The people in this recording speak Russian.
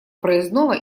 проездного